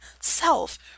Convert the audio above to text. self